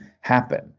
happen